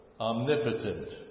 omnipotent